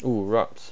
bro rabs